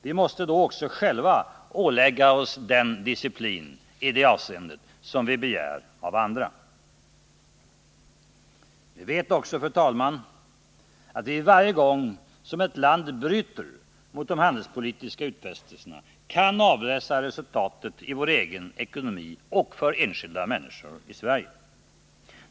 Vi måste då också själva ålägga oss den disciplin i det avseendet som vi begär av andra. Vi vet också, fru talman, att vi varje gång ett land bryter mot de handelspolitiska utfästelserna kan avläsa resultatet i vår egen ekonomi och i förhållandena för enskilda människor i vårt land.